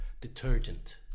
detergent